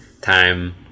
time